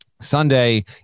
Sunday